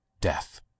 death